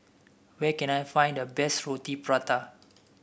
where can I find the best Roti Prata